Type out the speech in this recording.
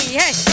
hey